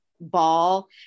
ball